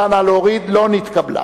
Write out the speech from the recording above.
לא נתקבלה.